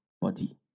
body